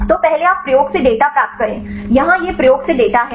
तो पहले आप प्रयोग से डेटा प्राप्त करें यहाँ यह प्रयोग से डेटा है